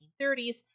1930s